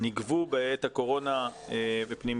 נגבו בעת הקורונה בפנימייה.